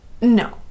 No